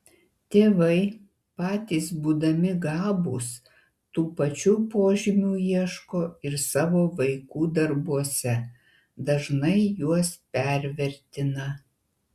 tėvai patys būdami gabūs tų pačių požymių ieško ir savo vaikų darbuose dažnai juos pervertina